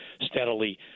steadily